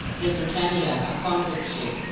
the britannia, a convict ship,